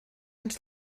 anys